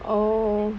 oh